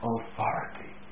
Authority